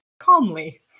Calmly